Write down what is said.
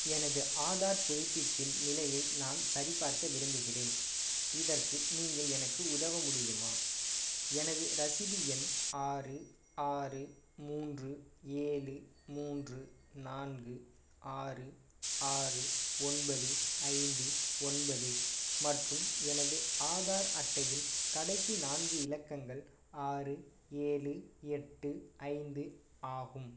எனது ஆதார் புதுப்பிப்பின் நிலையை நான் சரிபார்க்க விரும்புகிறேன் இதற்கு நீங்கள் எனக்கு உதவ முடியுமா எனது ரசீது எண் ஆறு ஆறு மூன்று ஏழு மூன்று நான்கு ஆறு ஆறு ஒன்பது ஐந்து ஒன்பது மற்றும் எனது ஆதார் அட்டையின் கடைசி நான்கு இலக்கங்கள் ஆறு ஏழு எட்டு ஐந்து ஆகும்